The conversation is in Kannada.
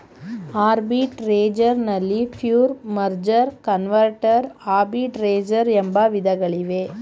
ಆರ್ಬಿಟ್ರೆರೇಜ್ ನಲ್ಲಿ ಪ್ಯೂರ್, ಮರ್ಜರ್, ಕನ್ವರ್ಟರ್ ಆರ್ಬಿಟ್ರೆರೇಜ್ ಎಂಬ ವಿಧಗಳಿವೆ